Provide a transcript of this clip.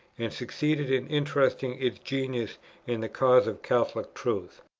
and succeeded in interesting its genius in the cause of catholic truth.